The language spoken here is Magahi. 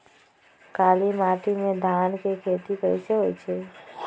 काली माटी में धान के खेती कईसे होइ छइ?